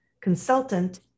consultant